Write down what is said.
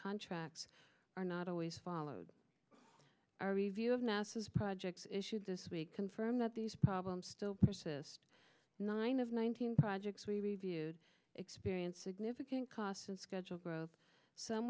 contracts are not always followed our review of nasa's projects issued this week confirm that these problems still persist nine of nineteen projects we reviewed experienced significant cost and schedule growth some